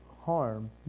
harm